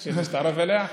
רוצה להצטרף אליה?